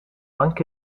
anche